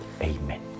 Amen